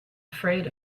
afraid